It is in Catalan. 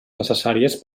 necessàries